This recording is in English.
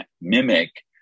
mimic